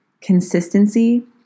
consistency